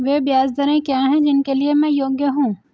वे ब्याज दरें क्या हैं जिनके लिए मैं योग्य हूँ?